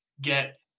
get